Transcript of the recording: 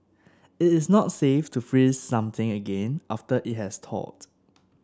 it is not safe to freeze something again after it has thawed